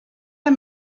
der